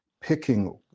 picking